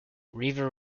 weaver